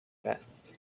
best